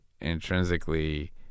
intrinsically